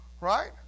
Right